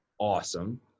awesome